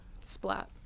Splat